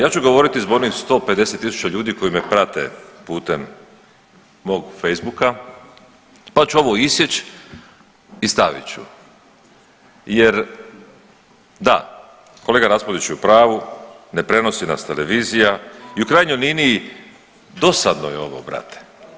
Ja ću govoriti zbog onih 150.000 ljudi koji me prate putem mog Facebooka pa ću ovo isjeć i stavit ću jer da, kolega Raspudić je u pravu, ne prenosi nas televizija i u krajnjoj liniji dosadno je ovo brate.